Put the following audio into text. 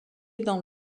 dans